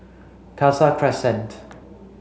Khalsa Crescent